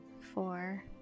four